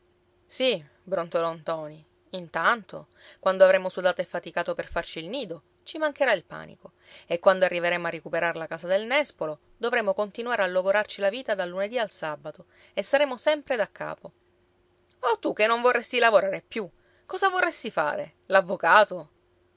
sì brontolò ntoni intanto quando avremo sudato e faticato per farci il nido ci mancherà il panico e quando arriveremo a ricuperar la casa del nespolo dovremo continuare a logorarci la vita dal lunedì al sabato e saremo sempre da capo o tu che non vorresti lavorare più cosa vorresti fare